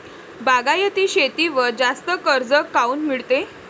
बागायती शेतीवर जास्त कर्ज काऊन मिळते?